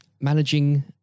managing